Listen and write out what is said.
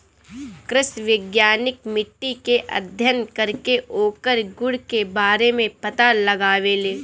कृषि वैज्ञानिक मिट्टी के अध्ययन करके ओकरी गुण के बारे में पता लगावेलें